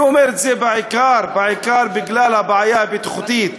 אני אומר את זה בעיקר בגלל הבעיה הבטיחותית,